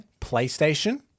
PlayStation